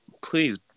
please